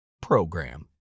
PROGRAM